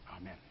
Amen